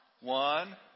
one